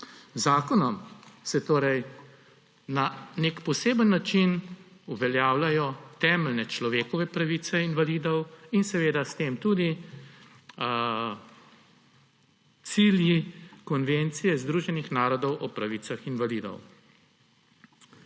zakonom se torej na nek poseben način uveljavljajo temeljne človekove pravice invalidov in seveda s tem tudi cilji Konvencije Združenih narodov o pravicah invalidov.